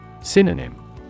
Synonym